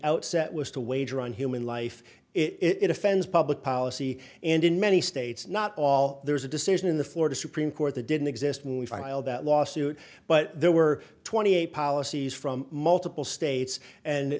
outset was to wager on human life it offends public policy and in many states not all there is a decision in the florida supreme court the didn't exist when we filed that lawsuit but there were twenty eight policies from multiple states and